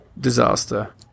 Disaster